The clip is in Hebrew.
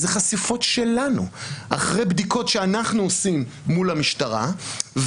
זה חשיפות שלנו אחרי בדיקות שאנחנו עושים מול המשטרה.